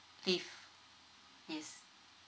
leave yes